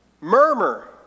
murmur